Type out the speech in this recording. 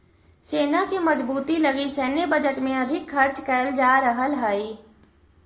सेना के मजबूती लगी सैन्य बजट में अधिक खर्च कैल जा रहल हई